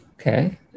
Okay